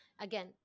again